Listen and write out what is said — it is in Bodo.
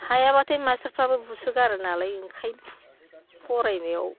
हायाबाथाय मास्थारफ्राबो बुसोगारो नालाय ओंखायनो फरायनायाव